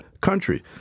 country